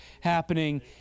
happening